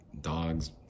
dogs